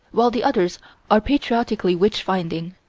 while the others are patriotically witch-finding.